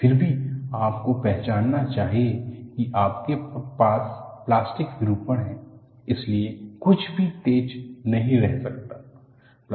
फिर भी आपको पहचानना चाहिए कि आपके पास प्लास्टिक विरूपण है इसलिए कुछ भी तेज नहीं रह सकता है